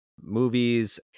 movies